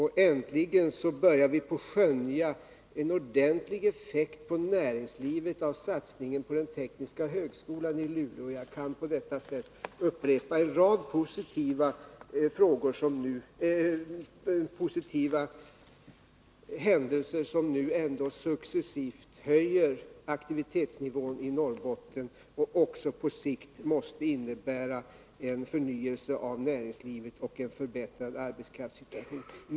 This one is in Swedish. Äntligen börjar vi skönja en ordentlig effekt på näringslivet av satsningen på den tekniska högskolan i Luleå. Jag skulle på detta sätt kunna räkna upp en rad positiva händelser som nu ändå successivt höjer aktivitetsnivån i Norrbotten och som på sikt måste innebära en förnyelse av näringslivet och en förbättrad arbetskraftssituation.